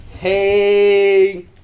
hey